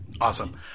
awesome